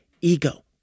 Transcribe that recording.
ego